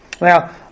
Now